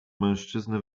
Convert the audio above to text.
mężczyzny